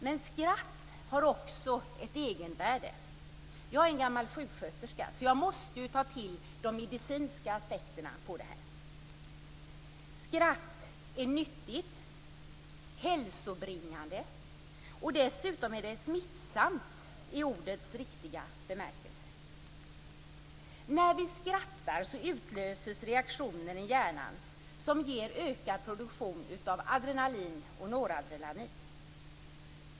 Men skratt har också ett egenvärde. Jag är gammal sjuksköterska, så jag måste ta till de medicinska aspekterna på detta. Skratt är nyttigt och hälsobringande. Dessutom är det smittsamt, i ordets riktiga bemärkelse. När vi skrattar utlöses reaktioner i hjärnan som ger ökad produktion av adrenalin och noradrenalin.